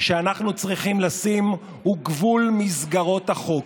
שאנחנו צריכים לשים הוא גבול מסגרות החוק,